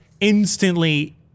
instantly